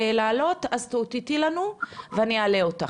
ואיפה לא